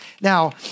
Now